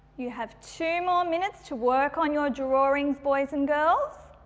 you have two more minutes to work on your drawings boys and girls.